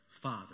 Father